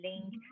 link